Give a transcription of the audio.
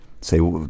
say